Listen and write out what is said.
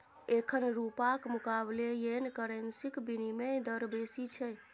एखन रुपाक मुकाबले येन करेंसीक बिनिमय दर बेसी छै